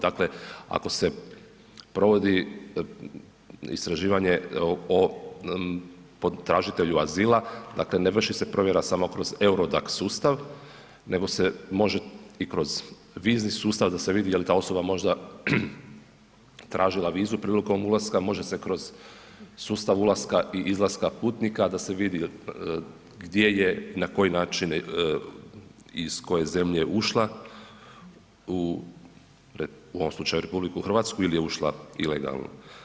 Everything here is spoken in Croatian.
Dakle, ako se provodi istraživanje o tražitelju azila, dakle ne vrši se provjera samo kroz EURODAC sustav nego se može i kroz vizni sustav da se vidi je li ta osoba možda tražila vizu prilikom ulaska, može se kroz sustav ulaska i izlaska putnika, da se vidi gdje je i na koji način i iz koje zemlje ušla u ovom slučaju u RH ili je ušla ilegalno.